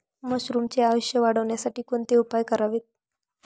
मशरुमचे आयुष्य वाढवण्यासाठी कोणते उपाय करावेत?